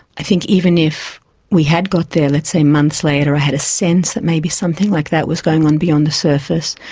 i think even if we had got there let's say months later or had a sense that maybe something like that was going on beyond the surface,